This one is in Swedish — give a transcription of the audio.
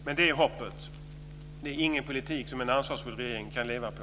Men det är hoppet. Det är ingen politik som en ansvarsfull regering kan leva på.